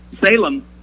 Salem